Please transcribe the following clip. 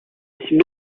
biscuit